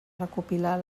recopilar